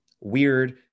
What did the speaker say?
weird